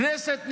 כנסת נכבדה,